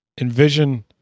Envision